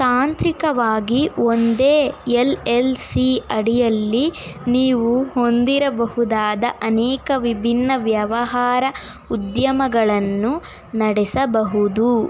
ತಾಂತ್ರಿಕವಾಗಿ ಒಂದೇ L L C ಅಡಿಯಲ್ಲಿ ನೀವು ಹೊಂದಿರಬಹುದಾದ ಅನೇಕ ವಿಭಿನ್ನ ವ್ಯವಹಾರ ಉದ್ಯಮಗಳನ್ನು ನಡೆಸಬಹುದು